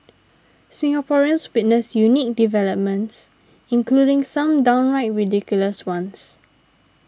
Singaporeans witnessed unique developments including some downright ridiculous ones